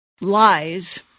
lies